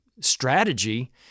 strategy